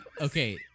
Okay